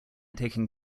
taking